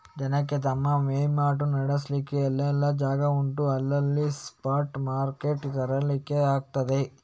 ಜನಕ್ಕೆ ತಮ್ಮ ವೈವಾಟು ನಡೆಸ್ಲಿಕ್ಕೆ ಎಲ್ಲೆಲ್ಲ ಜಾಗ ಉಂಟೋ ಅಲ್ಲೆಲ್ಲ ಸ್ಪಾಟ್ ಮಾರ್ಕೆಟ್ ತೆರೀಲಿಕ್ಕೆ ಆಗ್ತದೆ